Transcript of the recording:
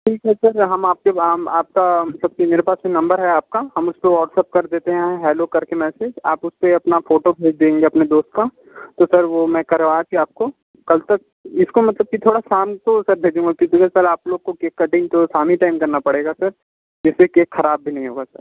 ठीक है सर हम आपके हम आपका सब चीज़ मेरे पास तो नंबर है आपका हम उस पर व्हाट्सएप कर देते है हेलो करके मैसेज आप उस पर अपना फोटो भेज देंगे अपने दोस्त का तो सर वह मैं करवा कर आपको कल तक इसको मतलब कि थोड़ा शाम को सर दे दूंगा क्योंकि ये सर आप लोग को केक कटिंग तो शाम के टाइम ही करना पड़ेगा सर जिससे केक ख़राब भी नहीं होगा सर